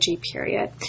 period